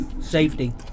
Safety